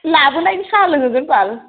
लाबोनायनि साहा लोंहोगोन बाल